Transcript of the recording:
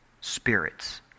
spirits